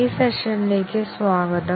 ഈ സെഷനിലേക്ക് സ്വാഗതം